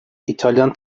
i̇talyan